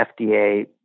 FDA